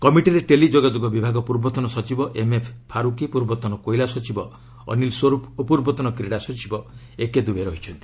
କମିଟିରେ ଟେଲି ଯୋଗାଯୋଗ ବିଭାଗ ପୂର୍ବତନ ସଚିବ ଏମ୍ଏଫ୍ ଫାରୁକୀ ପୂର୍ବତନ କୋଇଲା ସଚିବ ଅନୀଲ ସ୍ୱରୂପ ଓ ପୂର୍ବତନ କ୍ରୀଡ଼ା ସଚିବ ଏକେ ଦୁବେ ରହିଛନ୍ତି